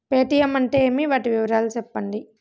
Paytm అంటే ఏమి, వాటి వివరాలు సెప్పండి?